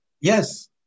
yes